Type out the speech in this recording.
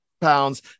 pounds